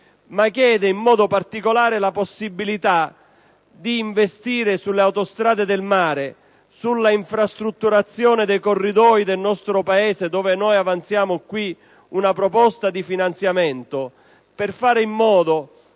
ma chiede, in modo particolare, la possibilità d'investire sulle autostrade del mare e sulla infrastrutturazione dei corridoi del nostro Paese. A tal proposito, noi avanziamo qui una proposta di finanziamento per fare in modo